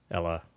Ella